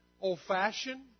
old-fashioned